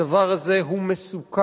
הדבר הזה הוא מסוכן,